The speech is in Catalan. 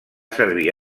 servir